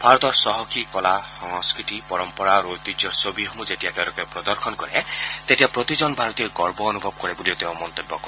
ভাৰতৰ চহকী কলা সংস্থতি পৰম্পৰা আৰু ঐতিহ্যৰ ছবিসমূহ যেতিয়া তেওঁলোকে প্ৰদৰ্শন কৰে তেতিয়া প্ৰতিজন ভাৰতীয়ই গৰ্ব অনুভৱ কৰে বুলি মন্তব্য কৰে